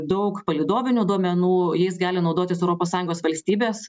daug palydovinių duomenų jais gali naudotis europos sąjungos valstybės